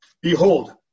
Behold